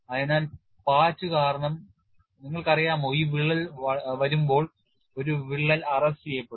അതിനാൽ പാച്ച് കാരണം നിങ്ങൾക്കറിയാമോ ഈ വിള്ളൽ വരുമ്പോൾഒരു വിള്ളൽ അറസ്റ്റുചെയ്യപ്പെടും